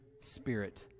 spirit